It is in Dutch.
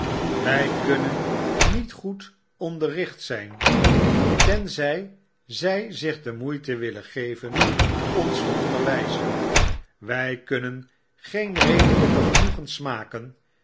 wq kunnen niet goed onderricht zyn tenzy zy zich de mpeite willen geven ons teonderwyzen wij kunnen geen redelyke genoegens smaken